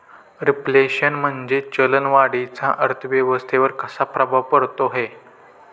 Reflation म्हणजे चलन वाढीचा अर्थव्यवस्थेवर कसा प्रभाव पडतो है?